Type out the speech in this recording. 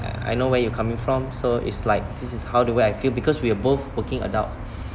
I know where you're coming from so is like this is how the way I feel because we are both working adults